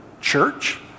church